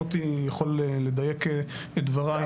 מוטי יכול לדייק את דבריי.